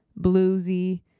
bluesy